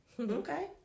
Okay